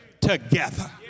together